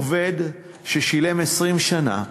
עובד ששילם 20 שנה,